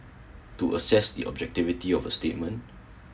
to assess the objectivity of a statement